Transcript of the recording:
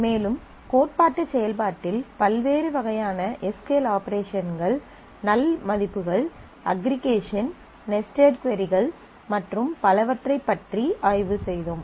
மேலும் கோட்பாட்டு செயல்பாட்டில் பல்வேறு வகையான எஸ் க்யூ எல் ஆபரேஷன்கள் நல் மதிப்புகள் அஃகிறீகேஷன் நெஸ்டெட் கொரிகள் மற்றும் பலவற்றைப் பற்றி ஆய்வு செய்தோம்